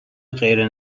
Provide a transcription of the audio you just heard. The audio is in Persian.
غیر